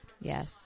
Yes